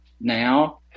now